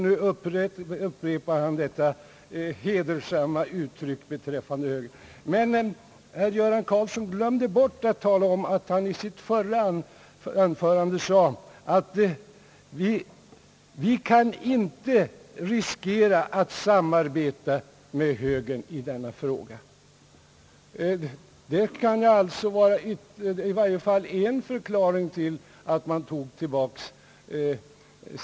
Nu upprepade han detta hedersamma uttryck beträffande högern. Men herr Göran Karlsson glömde bort att tala om att han i sitt förra anförande sade att socialdemokraterna inte kunde riskera att samarbeta med högern i denna fråga. Det kan i varje fall vara en förklaring till att propositionen togs tillbaka.